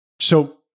So-